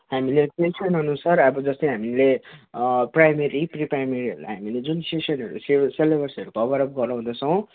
हामीले सेसनअनुसार अब जस्तै हामीले प्राइमेरी प्री प्राइमेरीहरूलाई हामीले जुन सेसनहरू सि सिलेबसहरू कभर अप गराउँदैछौँ